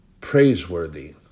praiseworthy